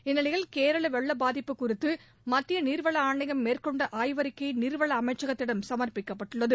இந்நிலையில் கேரள வெள்ள பாதிப்பு குறித்து மத்திய நீர்வள ஆணையம் மேற்கொண்ட ஆய்வறிக்கை நீர்வள அமைச்சகத்திடம் சமா்ப்பிக்கப்பட்டுள்ளது